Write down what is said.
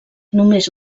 només